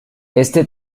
este